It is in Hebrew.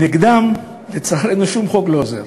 נגדם, לצערנו, שום חוק לא עוזר.